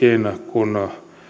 kun